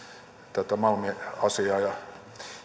tätä malmi asiaa